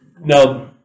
now